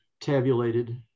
tabulated